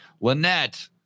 Lynette